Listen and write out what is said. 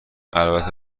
البته